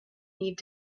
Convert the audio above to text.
need